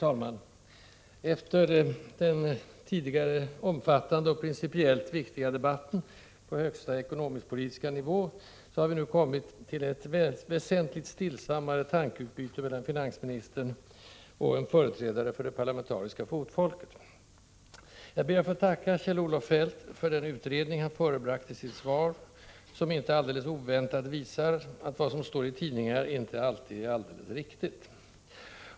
Herr talman! Efter den tidigare, omfattande och principiellt viktiga debatten på högsta ekonomisk-politiska nivå har vi nu kommit till ett väsentligt stillsammare tankeutbyte mellan finansministern och en företrädare för det parlamentariska fotfolket. Jag ber att få tacka Kjell-Olof Feldt för den utredning han förebragt i sitt svar, som inte alldeles oväntat visar att vad som står i tidningar inte alltid är alldeles riktigt.